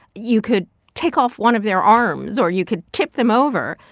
you could take off one of their arms or you could tip them over,